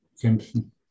kämpfen